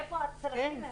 איפה הצרכים.